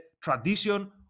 tradition